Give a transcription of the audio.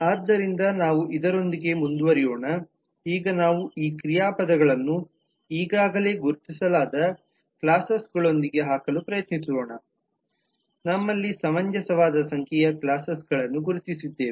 ಆದ್ದರಿಂದ ನಾವು ಇದರೊಂದಿಗೆ ಮುಂದುವರಿಯೋಣ ಈಗ ನಾವು ಈ ಕ್ರಿಯಾಪದಗಳನ್ನು ಈಗಾಗಲೇ ಗುರುತಿಸಲಾದ ಕ್ಲಾಸೆಸ್ಗಳೊಂದಿಗೆ ಹಾಕಲು ಪ್ರಯತ್ನಿಸೋಣ ನಮ್ಮಲ್ಲಿ ಸಮಂಜಸವಾದ ಸಂಖ್ಯೆಯ ಕ್ಲಾಸೆಸ್ಗಳನ್ನು ಗುರುತಿಸಿದ್ದೇವೆ